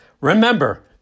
Remember